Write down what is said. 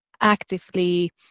actively